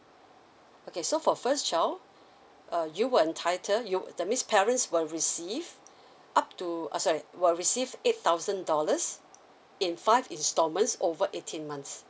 okay so for first child err you would entitled you that means parents will receive up to err sorry will receive eight thousand dollars in five instalments over eighteen months